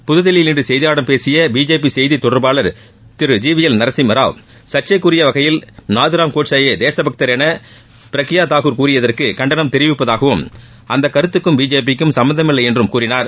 புதுதில்லியில் இன்று செய்தியாளர்களிடம் பேசிய பிஜேபி செய்தி தொடர்பாளர் திரு ஜி வி எல் நரசிம்மராவ் சர்ச்சைக்குரிய வகையில் நாதராம் கோட்சேயை தேசபக்தர் என பிரக்யா தாகூர் கூறியதற்கு கண்டனம் தெரிவிப்பதாகவும் அந்த கருத்துக்கும் பிஜேபிக்கும் சும்பந்தமில்லை என்று கூறினார்